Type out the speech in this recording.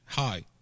Hi